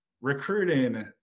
recruiting